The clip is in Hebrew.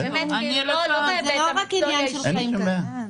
זה לא רק עניין של חיים קלים.